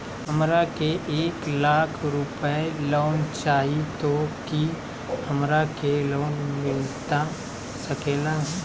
हमरा के एक लाख रुपए लोन चाही तो की हमरा के लोन मिलता सकेला?